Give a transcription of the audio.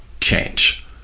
change